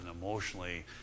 emotionally